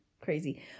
crazy